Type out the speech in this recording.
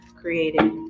created